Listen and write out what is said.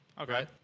Okay